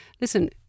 Listen